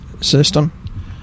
system